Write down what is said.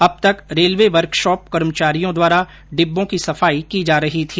अब तक railway workshop कर्मचारियों द्वारा डिब्बों की सफाई की जा रही थी